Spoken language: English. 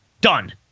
done